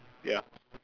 yup